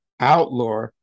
outlaw